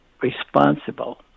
responsible